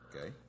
Okay